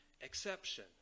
exception